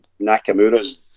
Nakamura's